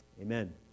Amen